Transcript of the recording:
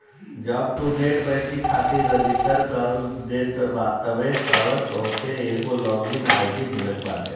जब तू net banking खातिर रजिस्टर कर देत बाटअ तअ तोहके एगो लॉग इन आई.डी मिलत बाटे